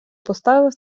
поставив